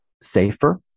safer